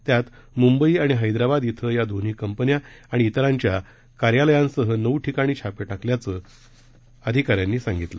त्यात मुंबई आणि हैदराबाद धिं या दोन्ही कंपन्या आणि धिरांच्या कार्यालयासह नऊ ठिकाणी छापे टाकल्याचं अधिकाऱ्यांनी सांगितलं